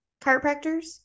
chiropractors